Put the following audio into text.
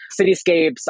cityscapes